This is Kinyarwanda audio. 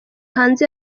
hanze